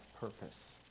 purpose